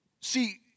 See